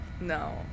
No